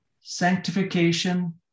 sanctification